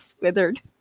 withered